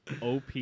OP